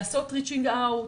לעשות reaching out,